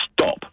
stop